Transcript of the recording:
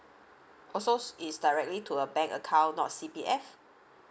oh so is directly to a bank account not C_P_F